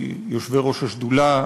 יושבי-ראש השדולה,